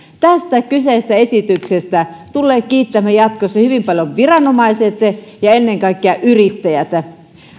tästä kyseisestä esityksestä tulevat kiittämään jatkossa hyvin paljon viranomaiset ja ja ennen kaikkea yrittäjät